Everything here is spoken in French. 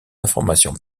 informations